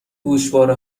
گوشواره